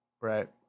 Right